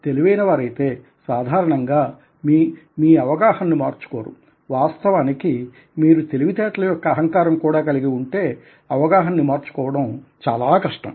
మీరు తెలివైన వారైతే సాధారణంగా మీ అవగాహనను మార్చుకోరు వాస్తవానికి మీరు తెలివి తేటల యొక్క అహంకారం కూడా కలిగి ఉంటే అవగాహనని మార్చుకోవడం చాలా కష్టం